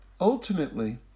ultimately